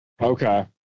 Okay